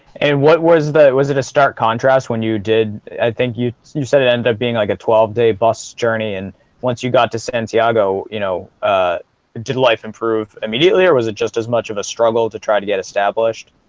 and what was that was it a stark contrast when you did i think you and you said it ended up being like a twelve day bus journey and once you got to santiago. you know did life improved immediately, or was it just as much of a struggle to try to get established